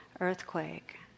earthquake